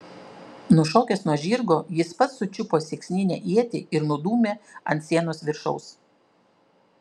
nušokęs nuo žirgo jis pats sučiupo sieksninę ietį ir nudūmė ant sienos viršaus